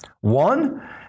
One